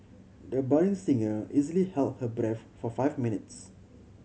the budding singer easily held her breath for five minutes